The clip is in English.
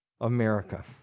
America